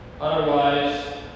Otherwise